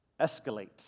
escalate